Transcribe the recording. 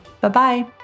Bye-bye